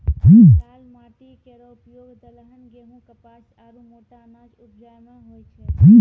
लाल माटी केरो उपयोग दलहन, गेंहू, कपास आरु मोटा अनाज उपजाय म होय छै